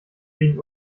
gegen